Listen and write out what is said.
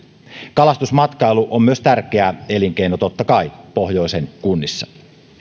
kalastusmatkailu on myös tärkeä elinkeino totta kai pohjoisen kunnissa